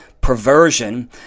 perversion